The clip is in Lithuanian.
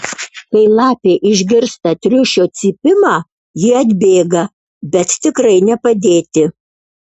kai lapė išgirsta triušio cypimą ji atbėga bet tikrai ne padėti